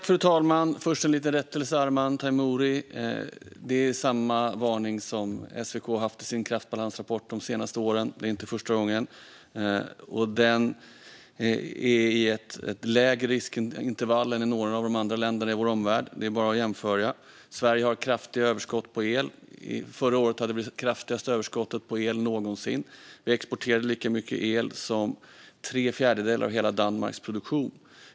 Fru talman! Först en liten rättelse, Arman Teimouri: Det är samma varning som SVK har haft i sin kraftbalansrapport de senaste åren. Det är alltså inte första gången. Den är i ett lägre riskintervall än i några av de andra länderna i vår omvärld - det är bara att jämföra. Sverige har kraftiga överskott på el. Förra året hade vi det kraftigaste överskottet på el någonsin och exporterade lika mycket el som tre fjärdedelar av hela Danmarks produktion.